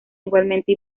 igualmente